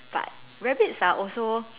but rabbits are also